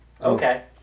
Okay